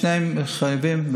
שני החייבים.